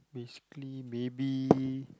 basically maybe